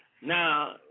Now